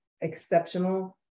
exceptional